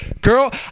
Girl